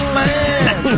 land